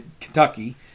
Kentucky